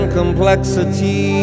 complexity